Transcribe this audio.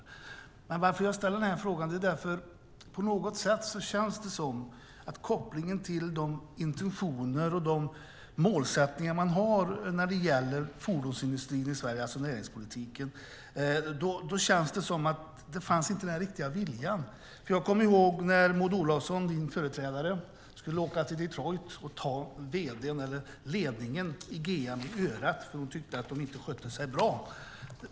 Anledningen till att jag ställer den här interpellationen är att det på något sätt känns som att de intentioner och målsättningar som finns när det gäller fordonsindustrin i Sverige, alltså näringspolitiken, inte har den riktiga viljan. Jag kommer ihåg när Maud Olofsson, Annie Lööfs företrädare, skulle åka till Detroit och ta ledningen för GM i örat eftersom hon inte tyckte att de skötte sig bra.